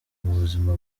buzima